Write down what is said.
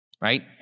right